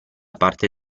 parte